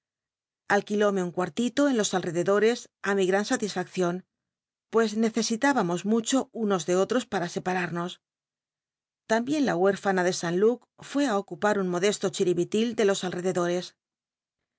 alquilóme un cuartito en los alr ededores á mi gran salisfaccion pues necesitábamos mucho unos de otros para separarnos l'ambien la huérfana de san l uc fué ocupar un modesto chiribitil de los ahcdedores